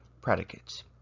predicates